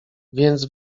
więc